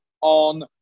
on